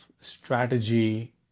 strategy